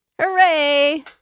Hooray